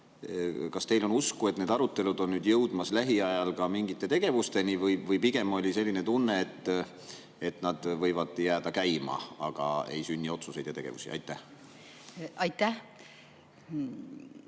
kas teil on usku, et need arutelud jõuavad lähiajal ka mingite tegevusteni, või pigem oli selline tunne, et need võivad jääda käima ja ei sünni otsuseid ega tegevusi? Aitäh, hea